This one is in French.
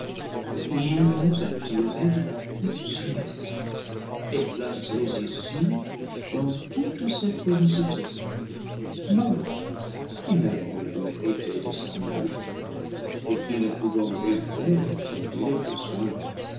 il nous a tirés de la pous sière et placés ici dans toute cette félicité nous qui n'avons rien mérité de sa main et qui ne pouvons rien faire dont il ait be